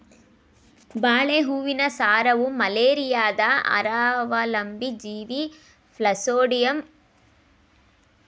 ಬಾಳೆ ಹೂವಿನ ಸಾರವು ಮಲೇರಿಯಾದ ಪರಾವಲಂಬಿ ಜೀವಿ ಪ್ಲಾಸ್ಮೋಡಿಯಂ ಫಾಲ್ಸಿಪಾರಮ್ ಬೆಳವಣಿಗೆಯನ್ನು ತಡಿತದೇ